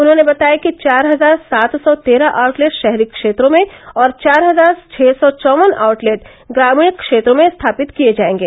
उन्होंने बताया कि चार हजार सात सौ तेरह आउटलेट शहरी क्षेत्रों में और चार हजार छ सौ चौवन आउटलेट ग्रामीण क्षेत्रों में स्थापित किए जायेंगे